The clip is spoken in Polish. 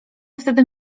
wtedy